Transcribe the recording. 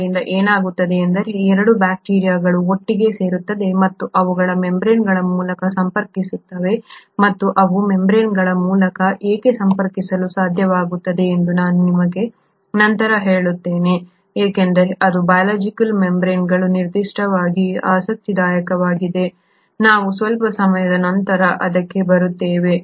ಆದ್ದರಿಂದ ಏನಾಗುತ್ತದೆ ಎಂದರೆ 2 ಬ್ಯಾಕ್ಟೀರಿಯಾಗಳು ಒಟ್ಟಿಗೆ ಸೇರುತ್ತವೆ ಮತ್ತು ಅವುಗಳ ಮೆಂಬ್ರೇನ್ಗಳ ಮೂಲಕ ಸಂಪರ್ಕಿಸುತ್ತವೆ ಮತ್ತು ಅವು ಮೆಂಬ್ರೇನ್ಗಳ ಮೂಲಕ ಏಕೆ ಸಂಪರ್ಕಿಸಲು ಸಾಧ್ಯವಾಗುತ್ತದೆ ಎಂದು ನಾನು ನಿಮಗೆ ನಂತರ ಹೇಳುತ್ತೇನೆ ಏಕೆಂದರೆ ಅದು ಬಯೋಲಾಜಿಕಲ್ ಮೆಂಬ್ರೇನ್ಗಳ ನಿರ್ದಿಷ್ಟ ಆಸ್ತಿಯಾಗಿದೆ ನಾವು ಸ್ವಲ್ಪ ಸಮಯದ ನಂತರ ಅದಕ್ಕೆ ಬರುತ್ತೇವೆ